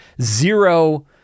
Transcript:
zero